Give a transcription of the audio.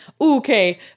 Okay